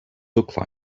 look